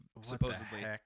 supposedly